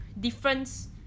difference